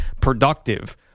productive